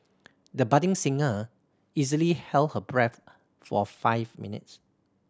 the budding singer easily held her breath for five minutes